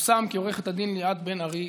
פורסם כי עו"ד ליאת בן-ארי,